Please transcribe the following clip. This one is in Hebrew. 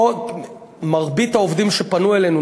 רוב העובדים שפנו אלינו,